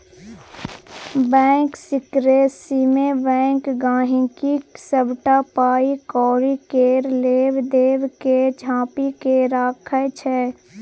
bank सिकरेसीमे bank गांहिकीक सबटा पाइ कौड़ी केर लेब देब केँ झांपि केँ राखय छै